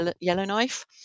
Yellowknife